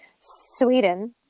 Sweden